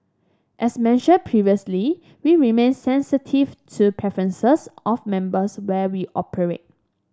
as mentioned previously we remain sensitive to preferences of members where we operate